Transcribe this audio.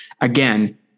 again